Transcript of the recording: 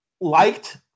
Liked